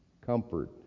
comfort